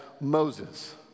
Moses